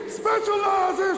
specializes